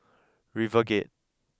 RiverGate